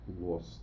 lost